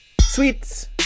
Sweets